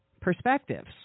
perspectives